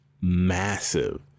massive